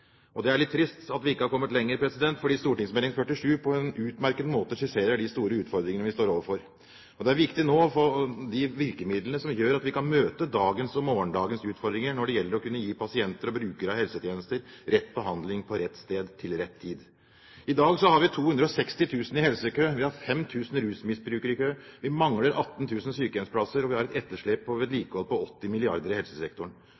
Det er litt trist at vi ikke har kommet lenger, fordi St.meld. nr. 47 for 2008–2009 på en utmerket måte skisserer de store utfordringene vi står overfor. Det viktige nå er å få de virkemidlene som gjør at vi kan møte dagens og morgendagens utfordringer når det gjelder å kunne gi pasienter og brukere av helsetjenester rett behandling på rett sted til rett tid. I dag har vi 260 000 i helsekø, vi har 5 000 rusmisbrukere i kø, vi mangler 18 000 sykehjemsplasser, og vi har et etterslep på vedlikehold på 80 milliarder kr i helsesektoren.